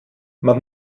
man